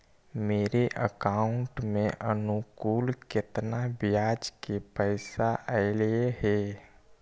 मेरे अकाउंट में अनुकुल केतना बियाज के पैसा अलैयहे?